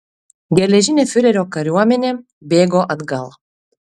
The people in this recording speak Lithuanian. geležinė fiurerio kariuomenė bėgo atgal